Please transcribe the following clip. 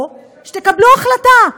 או שתקבלו החלטה: